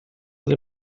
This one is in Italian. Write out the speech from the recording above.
del